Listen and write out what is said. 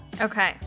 Okay